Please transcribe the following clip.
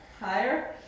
higher